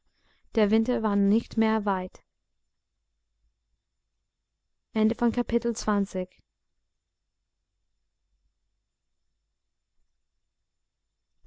der winter war nicht mehr weit